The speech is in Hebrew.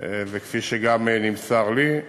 וכפי שגם נמסר לי,